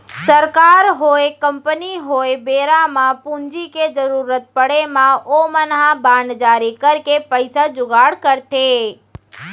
सरकार होय, कंपनी होय बेरा म पूंजी के जरुरत पड़े म ओमन ह बांड जारी करके पइसा जुगाड़ करथे